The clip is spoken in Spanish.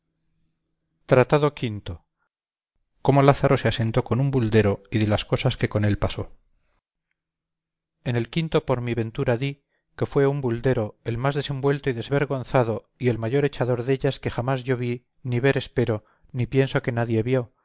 tratado quinto cómo lázaro se asentó con un buldero y de las cosas que con él pasó en el quinto por mi ventura di que fue un buldero el más desenvuelto y desvengonzado y el mayor echador dellas que jamás yo vi ni ver espero ni pienso que nadie vio